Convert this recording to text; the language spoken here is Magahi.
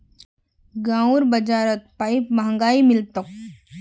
गांउर बाजारत पाईप महंगाये मिल तोक